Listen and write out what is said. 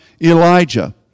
Elijah